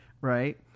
right